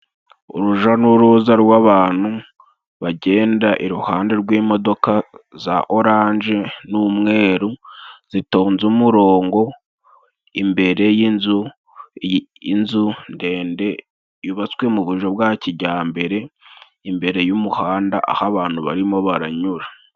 Uruja n'uruza rw'abantu bagenda iruhande rw'imodoka za orange n'umweru, zitonze umurongo imbere y'inzu, inzu ndende yubatswe mu bujyo bwa kijyambere, imbere y'umuhanda aho abantu barimo baranyura.